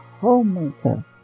Homemaker